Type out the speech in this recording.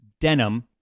denim